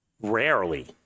rarely